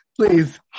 Please